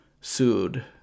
sued